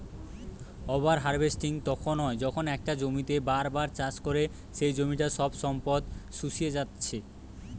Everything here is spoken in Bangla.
ওভার হার্ভেস্টিং তখন হয় যখন একটা জমিতেই বার বার চাষ করে সেই জমিটার সব সম্পদ শুষিয়ে জাত্ছে